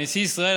נשיא ישראל,